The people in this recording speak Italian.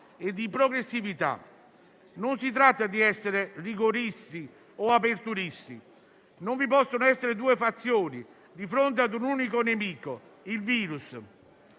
e di progressività. Non si tratta di essere rigoristi o aperturisti. Non vi possono essere due fazioni di fronte ad un unico nemico, il virus.